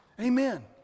Amen